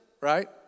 right